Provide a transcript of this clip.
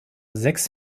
sechs